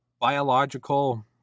biological –